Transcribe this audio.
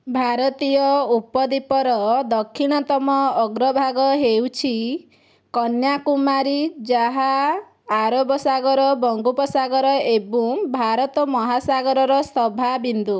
ଭାରତୀୟ ଉପଦ୍ୱୀପର ଦକ୍ଷିଣତମ ଅଗ୍ରଭାଗ ହେଉଛି କନ୍ୟାକୁମାରୀ ଯାହା ଆରବ ସାଗର ବଙ୍ଗୋପସାଗର ଏବଂ ଭାରତ ମହାସାଗରର ସଭା ବିନ୍ଦୁ